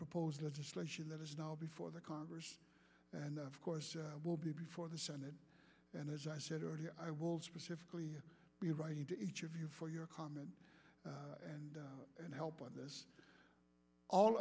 proposed legislation that is now before the congress and of course will be before the senate and as i said earlier i will specifically be writing to each of you for your comment and and help on this all